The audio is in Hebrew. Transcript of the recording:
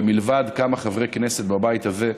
ומלבד כמה חברי כנסת בבית הזה,